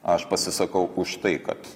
aš pasisakau už tai kad